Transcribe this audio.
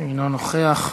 אינו נוכח.